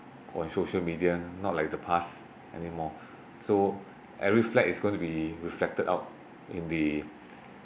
on social media not like the past anymore so every flat is going to be reflected out in the